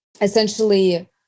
Essentially